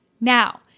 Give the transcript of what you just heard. Now